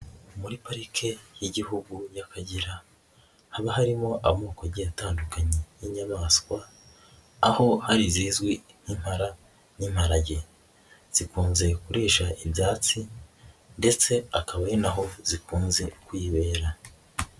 Muri parike y'Igihugu y'Akagera, haba harimo amoko agiye atandukanye y'inyamaswa, aho hari izizwi nk'impara n'imparage, zikunze kurisha ibyatsi ndetse akaba ari naho zikunze kwibera.